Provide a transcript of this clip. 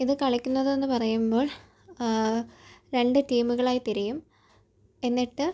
ഇത് കളിക്കുന്നതെന്ന് പറയുമ്പോൾ രണ്ട് ടീമുകളായി തിരിയും എന്നിട്ട്